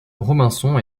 robinson